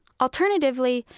alternatively,